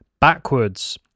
backwards